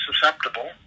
susceptible